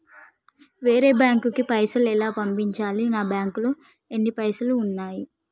వేరే బ్యాంకుకు పైసలు ఎలా పంపించాలి? నా బ్యాంకులో ఎన్ని పైసలు ఉన్నాయి?